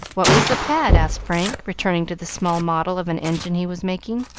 what was the pad? asked frank, returning to the small model of an engine he was making.